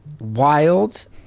Wild